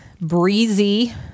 breezy